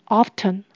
often